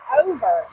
over